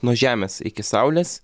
nuo žemės iki saulės